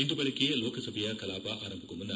ಇಂದು ಬೆಳಗ್ಗೆ ಲೋಕಸಭೆಯ ಕಲಾಪ ಆರಂಭಕ್ಕೂ ಮುನ್ನ